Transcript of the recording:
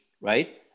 right